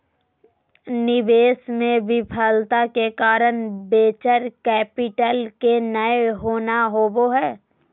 निवेश मे विफलता के कारण वेंचर कैपिटल के नय होना होबा हय